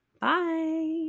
Bye